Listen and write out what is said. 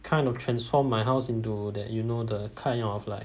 kind of transform my house into that you know the kind of like